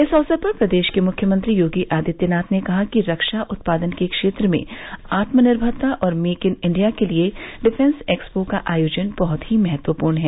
इस अवसर पर प्रदेश के मुख्यमंत्री योगी आदित्यनाथ ने कहा कि रक्षा उत्पादन के क्षेत्र में आत्मनिर्मरता और मेक इन इंडिया के लिए डिफेंस एक्सपो का आयोजन बहुत ही महत्वपूर्ण है